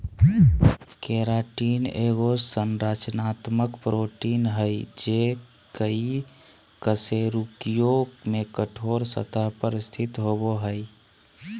keratin एगो संरचनात्मक protein हइ जे कई कशेरुकियों में कठोर सतह पर स्थित होबो हइ